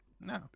No